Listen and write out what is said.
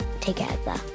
together